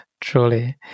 truly